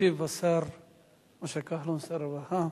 ישיב השר משה כחלון, שר הרווחה.